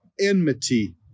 enmity